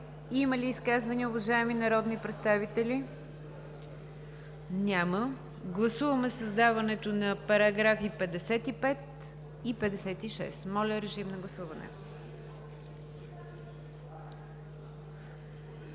Има ли изказвания, уважаеми народни представители? Няма. Гласуваме създаването на параграфи 55 и 56. Гласували